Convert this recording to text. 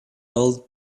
old